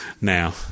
Now